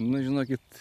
nu žinokit